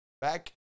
Back